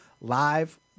live